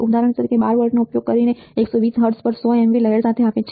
ઉદાહરણ તરીકે 12 V નો ઉપયોગ કરીને 120 Hz પર 100 mV લહેર સાથે આપે છે